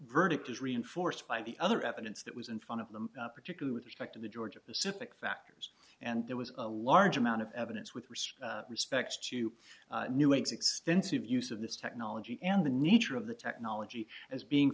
verdict is reinforced by the other evidence that was in front of them particularly with respect to the georgia pacific factors and there was a large amount of evidence with risk respects to new extensive use of this technology and the nature of the technology as being